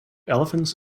elephants